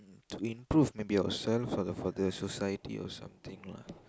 to improve maybe ourselves for the for the society or something lah